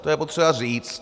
To je potřeba říct.